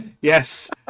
Yes